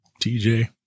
TJ